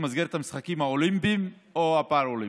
במסגרת המשחקים האולימפיים או הפראלימפיים.